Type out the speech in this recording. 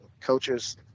coaches